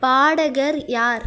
பாடகர் யார்